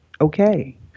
Okay